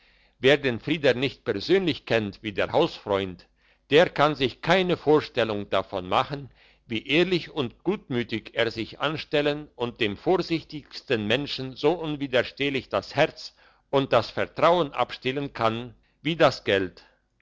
wer den frieder nicht persönlich kennt wie der hausfreund der kann sich keine vorstellung davon machen wie ehrlich und gutmütig er sich anstellen und dem vorsichtigsten menschen so unwiderstehlich das herz und das vertrauen abstehlen kann wie das geld